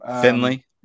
Finley